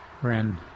friend